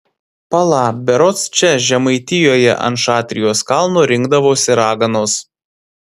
pala berods čia žemaitijoje ant šatrijos kalno rinkdavosi raganos